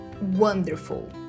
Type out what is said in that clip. wonderful